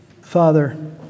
Father